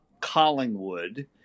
Collingwood